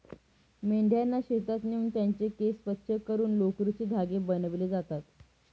मेंढ्यांना शेतात नेऊन त्यांचे केस स्वच्छ करून लोकरीचे धागे बनविले जातात